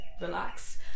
relax